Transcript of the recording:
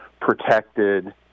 protected